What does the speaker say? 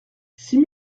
six